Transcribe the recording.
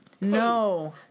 No